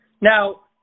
Now